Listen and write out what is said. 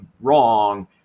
wrong